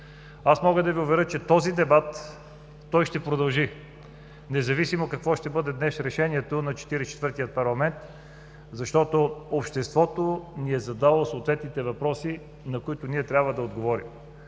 Аз мога да Ви уверя, че този дебат ще продължи, независимо какво ще бъде днес решението на 44-тия парламент, защото обществото ни е задало съответните въпроси, на които ние трябва да отговорим.